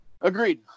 Agreed